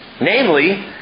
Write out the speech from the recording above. Namely